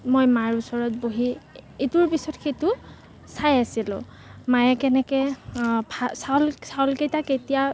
মই মাৰ ওচৰত বহি এইটোৰ পিছত সেইটো চাই আছিলোঁ মায়ে কেনেকৈ ভা চাউল চাউলকেইটা কেতিয়া